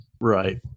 Right